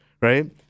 right